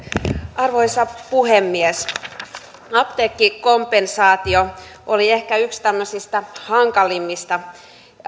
arvoisa puhemies apteekkikompensaatio oli ehkä yksi tämmöisistä hankalimmista